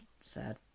sad